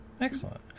Excellent